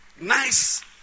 Nice